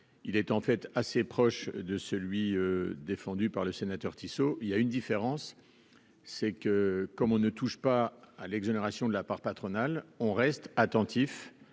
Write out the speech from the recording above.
il est en fait assez proche de celui défendu par le sénateur Tissot il y a une différence, c'est que comme on ne touche pas à l'exonération de la part patronale, on reste attentif